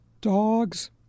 dogs